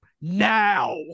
now